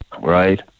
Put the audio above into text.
right